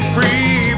Free